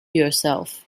yourself